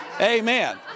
Amen